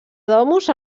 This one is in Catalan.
domus